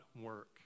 work